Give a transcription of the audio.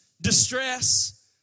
distress